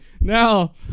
now